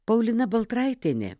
paulina baltraitienė